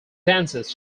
dances